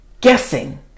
guessing